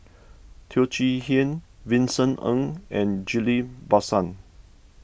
Teo Chee Hean Vincent Ng and Ghillie Basan